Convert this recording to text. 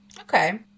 Okay